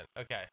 Okay